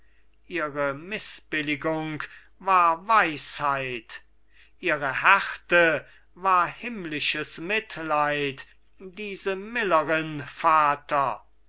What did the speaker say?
ihre mißbilligung war weisheit ihre härte war himmlisches mitleid diese millerin vater präsident